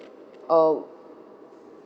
or